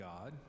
God